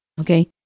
okay